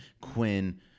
Quinn